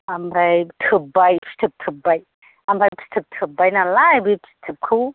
ओमफ्राय थोब्बाय फिथोब थोब्बाय ओमफ्राय फिथोब थोब्बाय नालाय बे फिथोबखौ